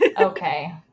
Okay